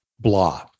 blah